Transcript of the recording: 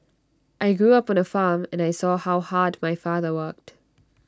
I grew up on A farm and I saw how hard my father worked